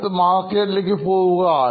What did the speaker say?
അടുത്തത് മാർക്കറ്റിലേക്ക് പോവുക